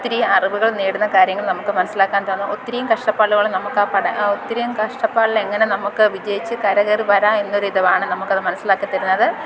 ഒത്തിരി അറിവുകൾ നേടുന്ന കാര്യങ്ങൾ നമുക്ക് മനസ്സിലാക്കാൻ തന്നു ഒത്തിരിം കഷ്ടപ്പാടുകൾ നമുക്കാ പടം ഒത്തിരിം കഷ്ടപ്പാടിലെങ്ങനെ നമുക്ക് വിജയിച്ച് കരകയറി വരാം എന്നൊരിതുമാണ് നമുക്കത് മനസ്സിലാക്കി തരുന്നത്